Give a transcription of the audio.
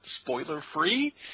spoiler-free